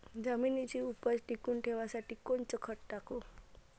जमिनीची उपज टिकून ठेवासाठी कोनचं खत टाकू?